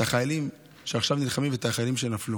את החיילים שנלחמים עכשיו ואת החיילים שנפלו.